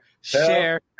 share